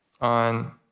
on